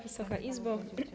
Wysoka Izbo!